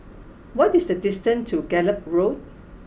what is the distance to Gallop Road